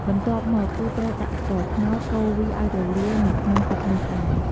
បន្ទាប់មក គឺត្រូវដាក់ស្ករត្នោត កូរវាឱ្យរលាយនៅក្នុងទឹកនោះដែរ។